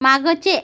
मागचे